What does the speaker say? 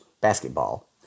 basketball